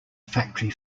factory